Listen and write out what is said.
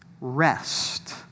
rest